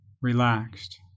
relaxed